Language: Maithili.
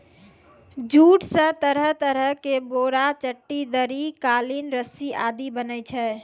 जूट स तरह तरह के बोरा, चट्टी, दरी, कालीन, रस्सी आदि बनै छै